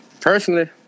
Personally